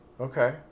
okay